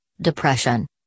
depression